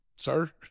sir